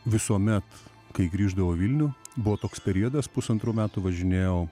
visuomet kai grįždavau į vilnių buvo toks periodas pusantrų metų važinėjau